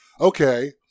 okay